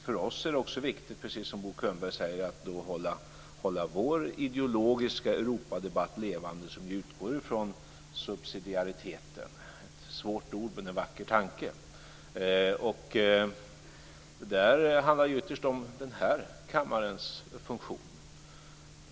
För oss är det också viktigt, precis som Bo Könberg säger, att hålla vår ideologiska Europadebatt levande, som ju utgår från subsidiariteten - ett svårt ord men en vacker tanke. Det där handlar ytterst om den här kammarens funktion.